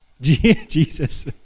jesus